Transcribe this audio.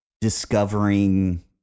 discovering